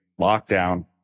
lockdown